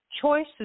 choices